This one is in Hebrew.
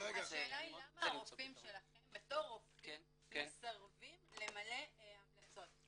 השאלה היא למה הרופאים שלכם בתור רופאים מסרבים למלא המלצות,